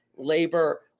labor